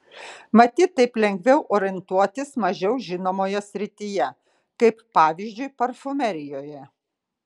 matyt taip lengviau orientuotis mažiau žinomoje srityje kaip pavyzdžiui parfumerijoje